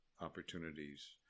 opportunities